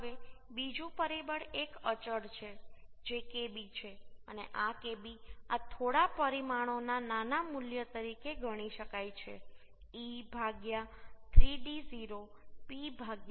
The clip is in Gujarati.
હવે બીજું પરિબળ એક અચલ છે જે Kb છે અને આ Kb આ થોડા પરિમાણોના નાના મૂલ્ય તરીકે ગણી શકાય છે e 3d0 p 3d0 ઓછા 0